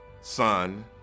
Son